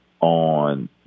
on